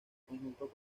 conjuntos